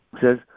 says